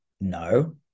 No